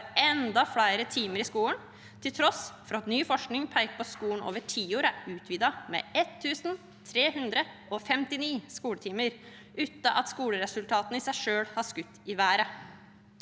var enda flere timer i skolen, til tross for at ny forskning peker på at skolen over tiår er utvidet med 1 359 skoletimer uten at skoleresultatene i seg selv har skutt i været.